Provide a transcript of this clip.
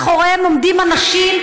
מאחוריהם עומדים אנשים,